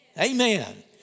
Amen